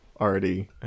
already